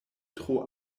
tro